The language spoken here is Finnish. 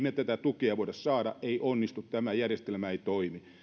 me tätä tukea voi saada ei onnistu tämä järjestelmä ei toimi